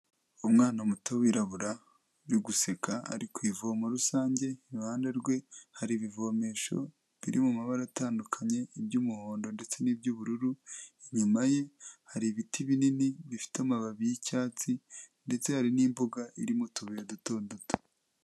Umwana muto wirabura uri guseka ari ku ivomo rusange, iruhande rwe hari ibivomesho biri mu mabara atandukanye, iby'umuhondo ndetse n'iby'ubururu, inyuma ye hari ibiti binini bifite amababi y'icyatsi ndetse hari n'imbuga irimo utubaye duto duto.